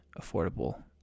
affordable